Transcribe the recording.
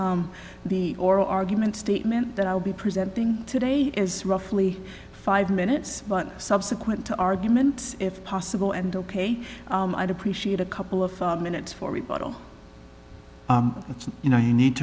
the oral argument statement that i'll be presenting today is roughly five minutes but subsequent to argument if possible and ok i'd appreciate a couple of minutes for rebuttal you know you need